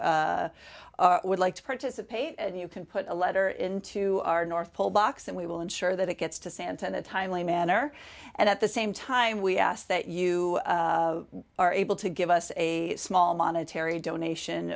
would like to participate and you can put a letter in to our north pole box and we will ensure that it gets to santa in a timely manner and at the same time we ask that you are able to give us a small monetary donation